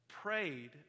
prayed